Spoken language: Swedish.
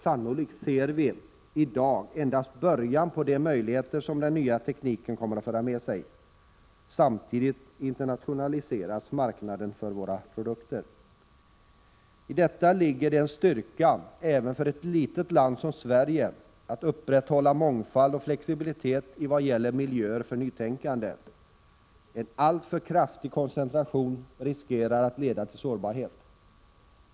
Sannolikt ser vi i dag endast början på de möjligheter som den nya tekniken kommer att föra med sig. Samtidigt internationaliseras marknaden för våra produkter. Även för ett litet land som Sverige ligger det en styrka i att upprätthålla mångfald och flexibilitet i vad gäller miljöer för nytänkande. En alltför kraftig koncentration riskerar att leda till sårbarhet.